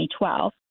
2012